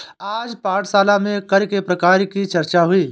आज पाठशाला में कर के प्रकार की चर्चा हुई